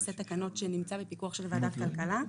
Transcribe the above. בסט תקנות שנמצא בפיקוח של ועדת כלכלה.